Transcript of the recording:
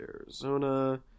Arizona